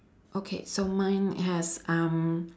okay so mine has um